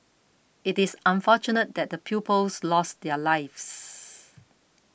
it is unfortunate that the pupils lost their lives